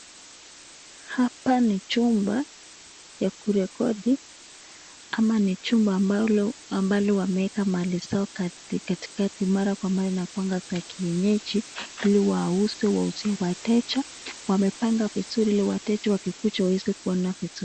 Hapa ni chumba la kurekodi ama ni chumba ambalo wameweka mali zao katikati , mara kwa mara ukuanga za kienyeji hadi wauze wauzie wateja .Wamepanga vizuri hili wateja wakija waweze kuona vizuri.